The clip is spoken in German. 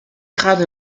gerade